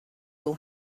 will